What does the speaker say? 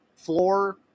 Floor